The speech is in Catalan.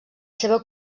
seva